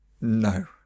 No